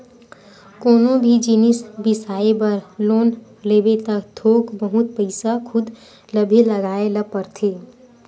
कोनो भी जिनिस बिसाए बर लोन लेबे त थोक बहुत पइसा खुद ल भी लगाए ल परथे